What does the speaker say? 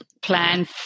plan